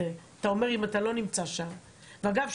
אגב,